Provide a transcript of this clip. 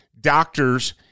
doctors